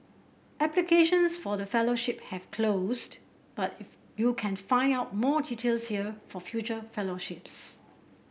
applications for the fellowship have closed but if you can find out more details here for future fellowships